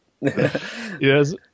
Yes